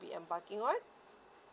be embarking on